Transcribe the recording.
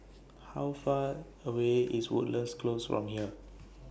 How Far away IS Woodlands Close from here